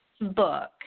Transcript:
book